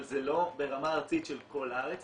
אבל זה לא ברמה הארצית של כל הארץ,